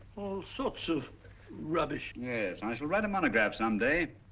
sorts of rubbish. yes, i shall write a monograph some day